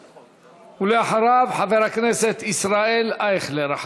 אחריו, חבר הכנסת ישראל אייכלר.